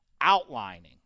outlining